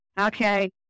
okay